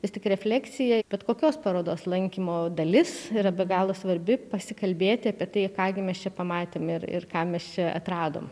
vis tik refleksija bet kokios parodos lankymo dalis yra be galo svarbi pasikalbėti apie tai ką gi mes čia pamatėm ir ir ką mes čia atradom